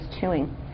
chewing